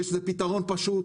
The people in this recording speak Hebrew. זה פתרון פשוט.